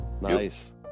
Nice